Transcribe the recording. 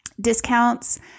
discounts